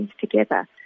together